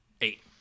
eight